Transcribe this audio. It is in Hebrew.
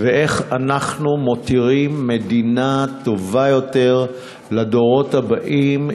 ואיך אנחנו מותירים מדינה טובה יותר לדורות הבאים,